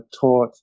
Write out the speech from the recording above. taught